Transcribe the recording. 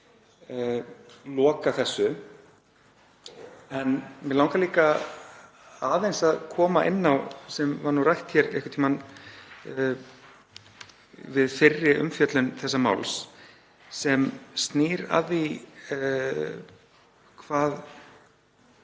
loka þessu. En mig langar líka aðeins að koma inn á það, sem var rætt hér einhvern tímann við fyrri umfjöllun þessa máls, sem snýr að því hvað